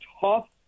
tough